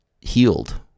healed